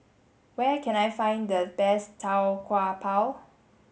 where can I find the best Tau Kwa Pau